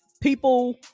people